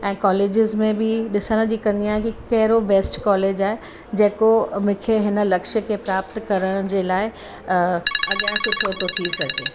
ऐं कॉलेजिस में बि डिसण जी कंदी आहियां कि कहिड़ो बैस्ट कॉलेज आहे जेको मूंखे हिन लक्ष्य खे प्राप्त करण जे लाइ अॻियां सुठो थी सघे